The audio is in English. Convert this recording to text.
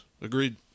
agreed